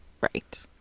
right